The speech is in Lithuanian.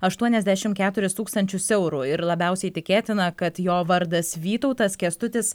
aštuoniasdešimt keturis tūkstančius eurų ir labiausiai tikėtina kad jo vardas vytautas kęstutis